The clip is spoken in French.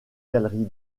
galerie